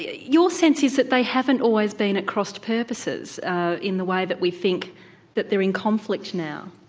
your sense is that they haven't always been at crossed purposes in the way that we think that they're in conflict now.